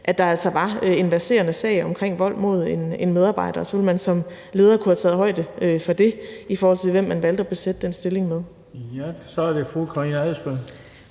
at der altså var en verserende sag omkring vold mod en medarbejder. Så ville man som leder have kunnet tage højde for det, i forhold til hvem man valgte at besætte den stilling med. Kl. 13:46 Den fg. formand (Bent